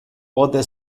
pote